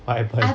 what happened